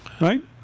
right